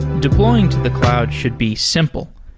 deploying to the cloud should be simple.